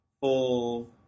full